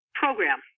program